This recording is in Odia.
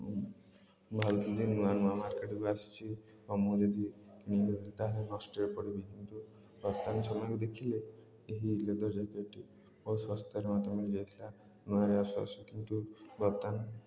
ମୁଁ ଭାବୁଥିଲି ଯେ ନୂଆ ନୂଆ ମାର୍କେଟ୍କୁ ଆସିଛି ଆଉ ମୁଁ ଯଦି ତା'ହେଲେ ନଷ୍ଟରେ ପଡ଼ିବି କିନ୍ତୁ ବର୍ତ୍ତମାନ ସମୟକୁ ଦେଖିଲେ ଏହି ଲେଦର୍ ଜ୍ୟାକେଟ୍ଟି ବହୁତ ଶସ୍ତାରେ ମତେ ମିଳିଯାଇଥିଲା ନୂଆରେ ଆସବାସ କିନ୍ତୁ ବର୍ତ୍ତମାନ